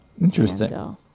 Interesting